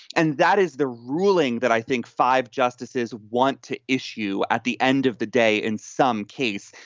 and that is the ruling that i think five justices want to issue at the end of the day, in some case,